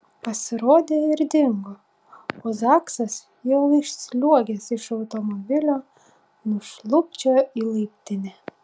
pasirodė ir dingo o zaksas jau išsliuogęs iš automobilio nušlubčiojo į laiptinę